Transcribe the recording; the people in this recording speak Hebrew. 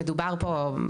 מדובר פה,